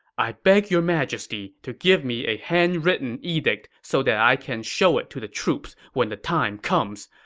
i beg your majesty to give me a handwritten edict so that i can show it to the troops when the time comes.